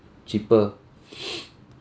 cheaper